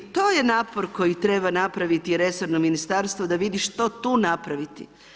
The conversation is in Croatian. To je napor koji treba napraviti resorno ministarstvo da vidi što tu napraviti.